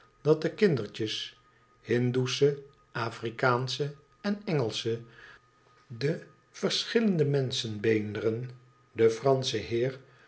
dat de kindertjes hindoesche afrikaansche en engelsche de verschillende menschenbeenderen de fransche heer